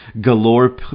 Galore